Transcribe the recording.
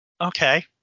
Okay